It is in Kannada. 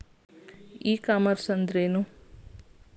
ಇ ಕಾಮರ್ಸ್ ಅಂದ್ರೇನು?